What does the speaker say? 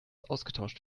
ausgetauscht